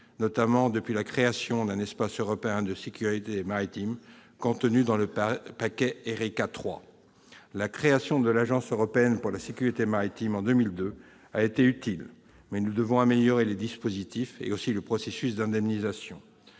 notamment depuis la création de l'espace européen de sécurité maritime, contenu dans le paquet « Erika III ». La création de l'Agence européenne pour la sécurité maritime, en 2002, a été utile. Mais nous devons améliorer les dispositifs et le processus d'indemnisation.